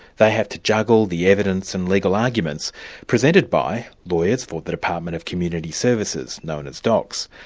they have to juggle the evidence and legal arguments presented by lawyers for the department of community services, known as docs,